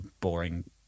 boring